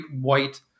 white